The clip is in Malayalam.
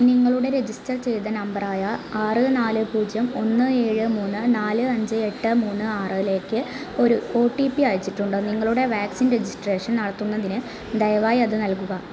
നിങ്ങളുടെ രജിസ്റ്റർ ചെയ്ത നമ്പറായ ആറ് നാല് പൂജ്യം ഒന്ന് ഏഴ് മൂന്ന് നാല് അഞ്ച് എട്ട് മൂന്ന് ആറിലേക്ക് ഒരു ഒ ടി പി അയച്ചിട്ടുണ്ട് നിങ്ങളുടെ വാക്സിൻ രജിസ്ട്രേഷൻ നടത്തുന്നതിന് ദയവായി അത് നൽകുക